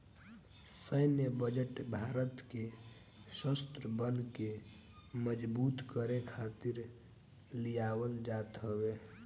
सैन्य बजट भारत के शस्त्र बल के मजबूत करे खातिर लियावल जात हवे